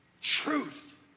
truth